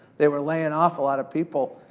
they were laying off a lot of people.